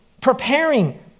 preparing